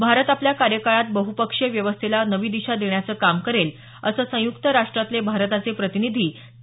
भारत आपल्या कार्यकाळात बहपक्षीय व्यवस्थेला नवी दिशा देण्यांचं काम करेल असं संयुक्त राष्ट्रातले भारताचे प्रतिनिधी टी